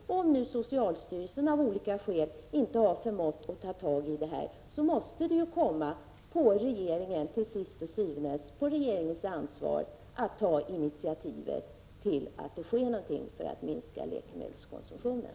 Eftersom socialstyrelsen av olika skäl inte har förmått att ta tag i detta måste det til syvende og sidst ankomma på regeringen att ta initiativ till åtgärder som minskar läkemedelskonsumtionen.